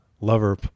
lover